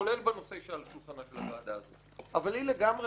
כולל בנושאים שעל שולחן הוועדה הזאת אבל היא לגמרי